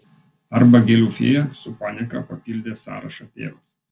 arba gėlių fėja su panieka papildė sąrašą tėvas